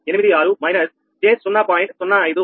9986 minus j0